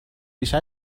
ریشه